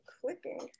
clicking